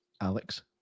Alex